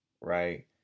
Right